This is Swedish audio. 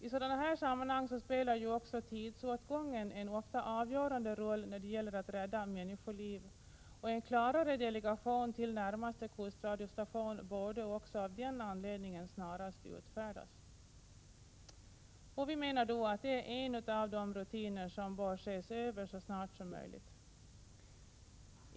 I sådana här sammanhang spelar också tidsåtgången en ofta avgörande roll när det gäller att rädda människoliv, och en klarare delegation till närmaste kustradiostation borde också av den anledningen snarast ske. Vi menar att det är en av de rutiner som bör ses över så snart som möjligt.